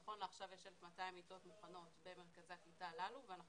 נכון לעכשיו יש 1,200 מיטות מוכנות במרכזי הקליטה ואנחנו